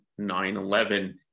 9-11